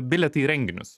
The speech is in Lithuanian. bilietai į renginius